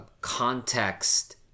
context